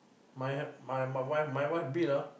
my ha~ my my wife my wife bill ah